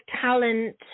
talent